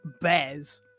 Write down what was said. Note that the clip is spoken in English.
bears